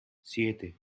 siete